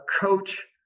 coach